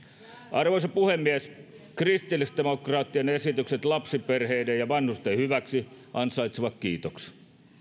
arvoisa puhemies kristillisdemokraattien esitykset lapsiperheiden ja vanhusten hyväksi ansaitsevat kiitoksen